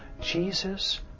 Jesus